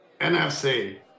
nfc